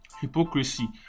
Hypocrisy